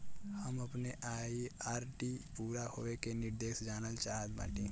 हम अपने आर.डी पूरा होवे के निर्देश जानल चाहत बाटी